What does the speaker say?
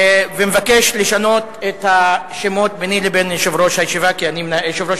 ומבקש לשנות את השמות ביני לבין יושב-ראש הכנסת,